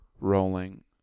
rolling